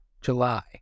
July